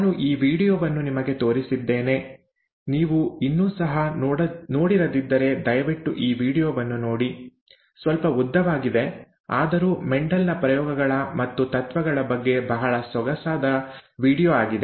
ನಾನು ಈ ವೀಡಿಯೊವನ್ನು ನಿಮಗೆ ತೋರಿಸಿದ್ದೇನೆ ನೀವು ಇನ್ನೂ ಸಹ ನೋಡಿರದಿದ್ದರೆ ದಯವಿಟ್ಟು ಈ ವೀಡಿಯೊವನ್ನು ನೋಡಿ ಸ್ವಲ್ಪ ಉದ್ದವಾಗಿದೆ ಆದರೂ ಮೆಂಡೆಲ್ ನ ಪ್ರಯೋಗಗಳ ಮತ್ತು ತತ್ವಗಳ ಬಗ್ಗೆ ಬಹಳ ಸೊಗಸಾದದ ವೀಡಿಯೊ ಆಗಿದೆ